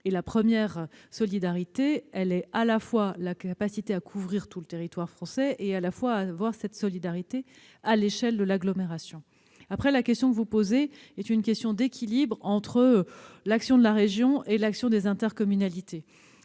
La première solidarité consiste en une capacité à couvrir tout le territoire français et à exercer cette solidarité à l'échelle de l'agglomération. La question que vous posez est une question d'équilibre entre l'action de la région et celle des intercommunalités.